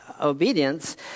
obedience